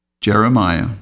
Jeremiah